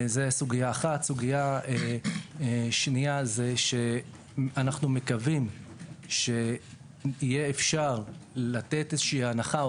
סוגיה שנייה זה שאנו מקוים שיהיה אפשר לתת הנחה או